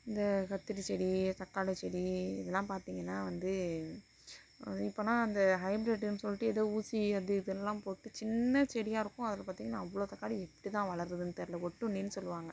இது கத்திரிச்செடி தக்காளிச்செடி இதெலாம் பார்த்திங்கன்னா வந்து இப்போல்லாம் அந்த ஹைப்ரிட்டுனு சொல்லிட்டு ஏதோ ஊசி அது இதுன்லாம் போட்டு சின்ன செடியாக இருக்கும் அதில் பார்த்திங்கன்னா அவ்வளோ தக்காளி எப்படி தான் வளருதுன்னு தெரியலை ஒட்டுண்ணின்னு சொல்லுவாங்கள்